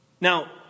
Now